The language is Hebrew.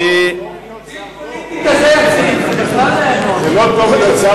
פוליטי כזה, בכלל, זה לא טוב להיות שר,